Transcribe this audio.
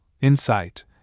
insight